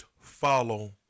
follow